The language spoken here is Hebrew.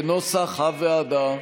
כנוסח הוועדה.